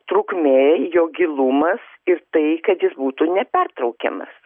trukmė jo gilumas ir tai kad jis būtų nepertraukiamas